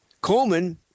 Coleman